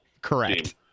Correct